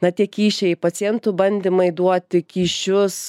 na tie kyšiai pacientų bandymai duoti kyšius